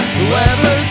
Whoever